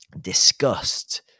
disgust